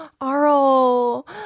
Arl